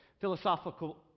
philosophical